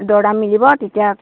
দৰ দাম মিলিব তেতিয়া